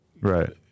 Right